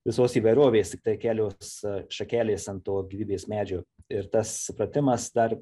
visos įvairovės tiktai kelios šakelės ant to gyvybės medžio ir tas supratimas dar